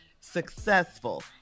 successful